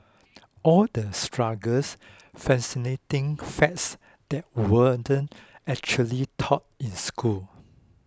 all the struggles fascinating facts that weren't actually taught in school